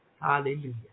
Hallelujah